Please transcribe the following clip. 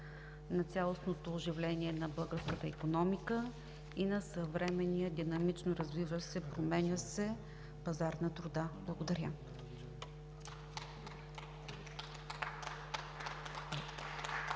на цялостното оживление на българската икономика и на съвременния динамично развиващ се и променящ се пазар на труда. Благодаря.